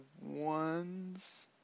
ones